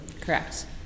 correct